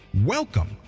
Welcome